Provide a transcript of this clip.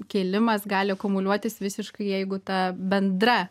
kėlimas gali akumuliuotis visiškai jeigu ta bendra